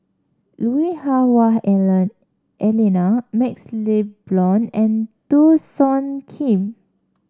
Lui Hah Wah Elena MaxLe Blond and Teo Soon Kim